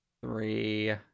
Three